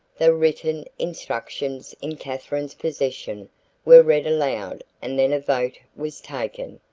the written instructions in katherine's possession were read aloud and then a vote was taken.